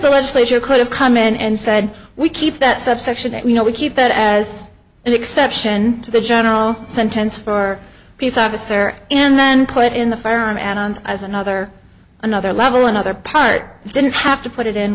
the legislature could have come in and said we keep that subsection you know we keep that as an exception to the general sentence for peace officer and then put in the fire and as another another level another part didn't have to put it in